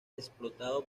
explotado